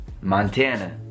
Montana